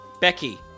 Becky